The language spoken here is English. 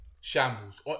Shambles